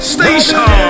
Station